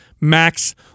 Max